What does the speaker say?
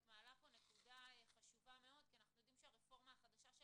את מעלה פה נקודה חשובה מאוד כי אנחנו יודעים שהרפורמה החדשה של